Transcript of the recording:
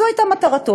זו הייתה מטרתו,